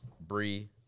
Bree